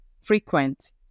frequent